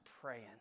praying